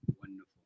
Wonderful